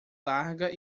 larga